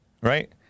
right